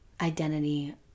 Identity